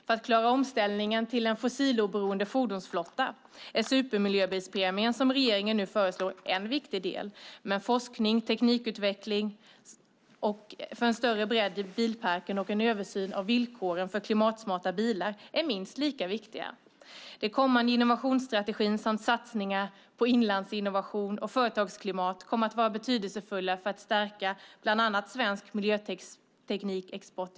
För att klara omställningen till en fossiloberoende fordonsflotta är supermiljöbilspremien som regeringen nu föreslår en viktig del, men forskning och teknikutveckling för en större bredd i bilparken och en översyn av villkoren för klimatsmarta bilar är minst lika viktiga. Den kommande innovationstrategin samt satsningar på Inlandsinnovation och företagsklimatet kommer att vara betydelsefulla för att bland annat stärka svensk miljöteknikexport.